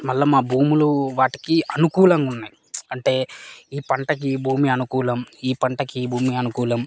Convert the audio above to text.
మళ్ళా మా భూములు వాటికి అనుకూలంగా ఉన్నాయి అంటే ఈ పంటకి ఈ భూమి అనుకూలం ఈ పంటకి ఈ భూమి అనుకూలం